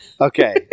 Okay